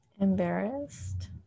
Embarrassed